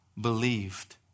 believed